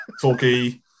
Talky